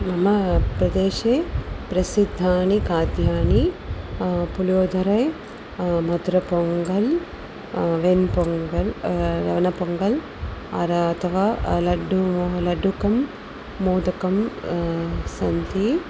मम प्रदेशे प्रसिद्धानि खाद्यानि पुळियोदरे मधुरपोङ्गल् वेन्पोङ्गल् पोङ्गल् अथवा लड्डु लड्डुकं मोदकं सन्ति